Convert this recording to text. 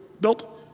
built